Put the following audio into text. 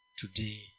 today